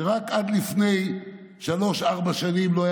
שרק עד לפני שלוש-ארבע שנים לא היה